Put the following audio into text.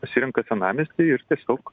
pasirenka senamiestį ir tiesiog